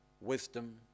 wisdom